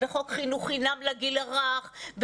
בחוק חינוך חינם לגיל הרך,